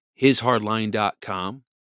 hishardline.com